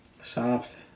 soft